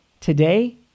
Today